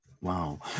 Wow